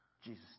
jesus